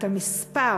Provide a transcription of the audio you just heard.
את המספר